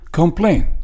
complain